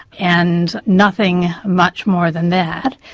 and nothing much more than that.